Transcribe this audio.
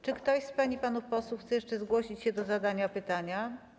Czy ktoś z pań i panów posłów chce jeszcze zgłosić się do zadania pytania?